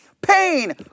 Pain